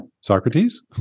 Socrates